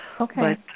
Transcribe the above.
Okay